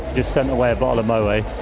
just send away a bottle my way.